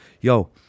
Yo